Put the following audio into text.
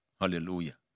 Hallelujah